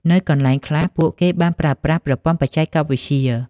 នៅកន្លែងខ្លះ ពួកគេបានប្រើប្រាស់ប្រព័ន្ធបច្ចេកវិទ្យា។